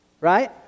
Right